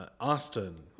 Austin